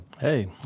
Hey